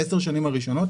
ב-10 השנים הראשונות,